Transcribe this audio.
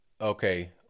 Okay